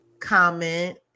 comment